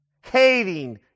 hating